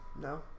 No